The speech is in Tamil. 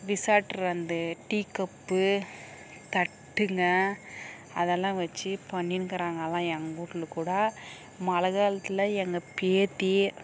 விசாட்ரு அந்த டீ கப்பு தட்டுங்க அதல்லாம் வச்சு பண்ணியிருக்குறாங்க அதல்லாம் எங்கள் வீட்டுல கூட மழை காலத்தில் எங்கள் பேத்தி